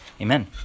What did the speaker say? Amen